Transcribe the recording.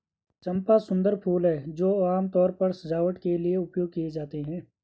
चंपा सुंदर फूल हैं जो आमतौर पर सजावट के लिए उपयोग किए जाते हैं